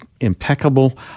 impeccable